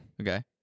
Okay